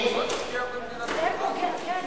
זה בדיוק מה שאנחנו רוצים לשנות,